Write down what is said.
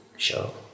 Show